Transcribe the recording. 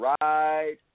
Right